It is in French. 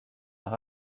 leur